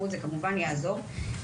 זה כמובן יעזור.